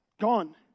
gone